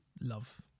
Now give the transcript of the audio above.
love